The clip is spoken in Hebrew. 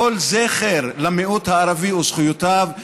כל זכר למיעוט הערבי וזכויותיו.